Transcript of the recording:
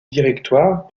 directoire